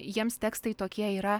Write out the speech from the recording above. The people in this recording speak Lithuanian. jiems tekstai tokie yra